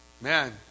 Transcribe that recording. man